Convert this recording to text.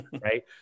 Right